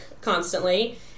constantly